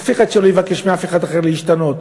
אף אחד שלא יבקש מאף אחד אחר להשתנות,